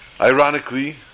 Ironically